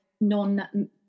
non